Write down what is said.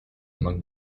among